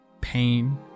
pain